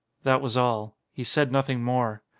that was all. he said nothing more.